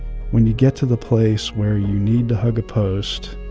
when you get to the place where you need to hug a post